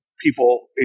people